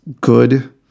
good